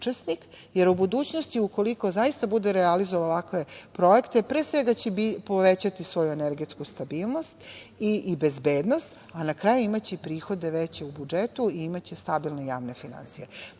jer u budućnosti ukoliko zaista bude realizovala ovakve projekte, pre svega će povećati svoju energetsku stabilnost i bezbednost, a na kraju imaće prihode veće u budžetu i imaće stabilne javne finansije. Pokazalo